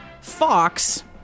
Fox